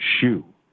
shoe